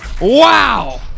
Wow